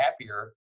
happier